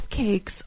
cupcakes